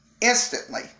instantly